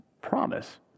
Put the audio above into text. promise